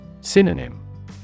Synonym